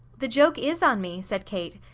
the joke is on me, said kate.